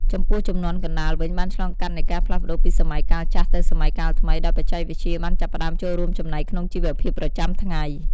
ចំពោះជំនាន់កណ្តាលវិញបានឆ្លងកាត់នៃការផ្លាស់ប្ដូរពីសម័យកាលចាស់ទៅសម័យកាលថ្មី ដោយបច្ចេកវិទ្យាបានចាប់ផ្ដើមចូលរួមចំណែកក្នុងជីវភាពប្រចាំថ្ងៃ។